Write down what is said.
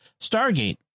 Stargate